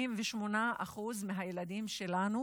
88% מהילדים שלנו